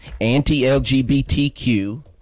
anti-LGBTQ